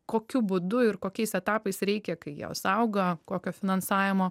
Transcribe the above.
kokiu būdu ir kokiais etapais reikia kai jos auga kokio finansavimo